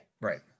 Right